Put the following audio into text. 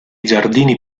giardini